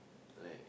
like